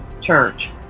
church